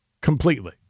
Completely